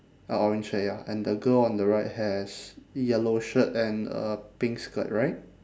ah orange hair ya and the girl on the right has yellow shirt and a pink skirt right